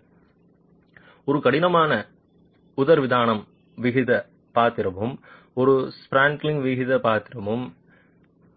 எனவே ஒரு கடினமான உதரவிதானம் வகித்த பாத்திரமும் ஒரு ஸ்பாண்ட்ரல் வகித்த பாத்திரமும்